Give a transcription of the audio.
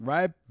Right